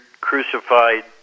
crucified